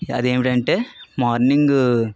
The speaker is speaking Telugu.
అదేమిటంటే మార్నింగ్